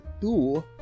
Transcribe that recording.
two